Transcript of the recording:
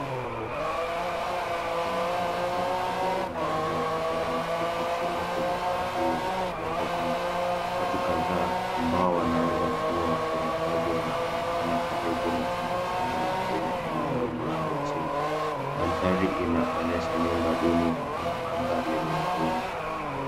Kuna tingatinga kubwa la rangi ya kijani likichimba kwenye ardhi yenye udongo mwingi. Watu kadhaa ambao wanaweza kuwa wafanyakazi wanaonekana karibu na tingatinga na kwenye eneo lililo chimbwa. Mandhari inaonyesha nyumba duni na anga lenye mawingu.